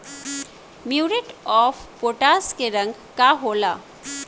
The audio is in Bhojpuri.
म्यूरेट ऑफपोटाश के रंग का होला?